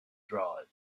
drive